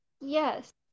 Yes